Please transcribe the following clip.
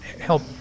help